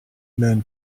men